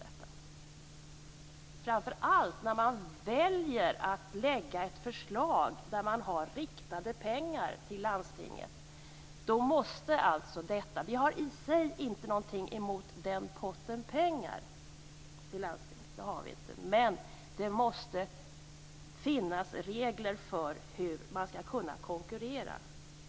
Det är viktigt framför allt när man väljer att lägga ett förslag om riktade pengar till landstinget. Vi har i sig ingenting emot den potten pengar till landstinget, men det måste finnas regler för hur man skall kunna konkurrera.